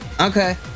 Okay